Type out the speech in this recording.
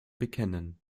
bekennen